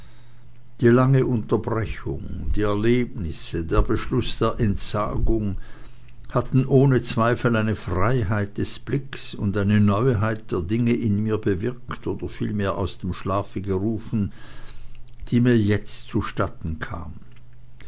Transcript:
die lange unterbrechung die erlebnisse der beschluß der entsagung hatten ohne zweifel eine freiheit des blickes und eine neuheit der dinge in mir bewirkt oder vielmehr aus dem schlafe gerufen die mir jetzt zustatten kamen